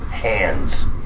hands